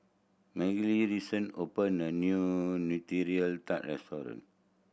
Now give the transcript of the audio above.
Mary recent opened a new Nutella Tart restaurant